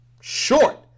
short